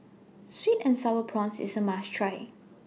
Sweet and Sour Prawns IS A must Try